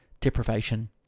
deprivation